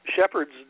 shepherds